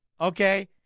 Okay